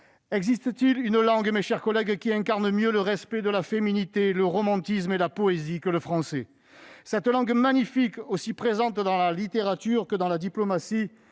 Existe-t-il une langue, mes chers collègues, qui incarne mieux le respect de la féminité, le romantisme et la poésie que le français ? Cette langue magnifique, aussi présente dans la littérature que dans la diplomatie,